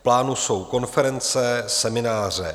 V plánu jsou konference, semináře.